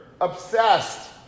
obsessed